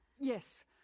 Yes